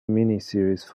miniseries